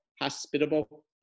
hospitable